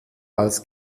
als